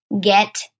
get